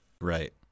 right